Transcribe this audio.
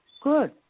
good